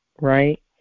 right